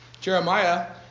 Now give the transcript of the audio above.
Jeremiah